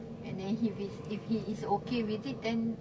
and then he is if he is okay with it then